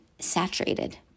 saturated